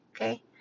Okay